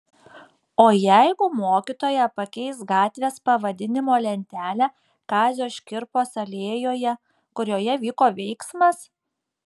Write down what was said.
o jeigu mokytoja pakeis gatvės pavadinimo lentelę kazio škirpos alėjoje kurioje vyko veiksmas